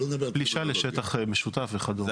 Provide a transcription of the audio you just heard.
פלישה לשטח משותף וכדומה.